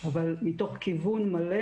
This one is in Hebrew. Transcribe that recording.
אבל מתוך כיוון מלא